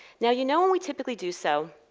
now, you know when we typically do so?